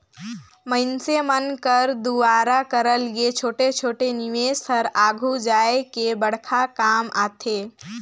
मइनसे मन कर दुवारा करल गे छोटे छोटे निवेस हर आघु जाए के बड़खा काम आथे